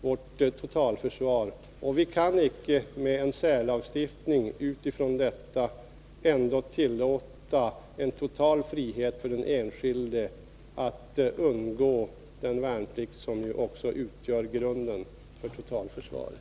Vi kan inte genom en särlagstiftning 157 tillåta en total frihet för den enskilde och låta honom undgå den värnplikt som utgör grunden för totalförsvaret.